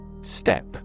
Step